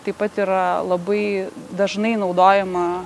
taip pat yra labai dažnai naudojama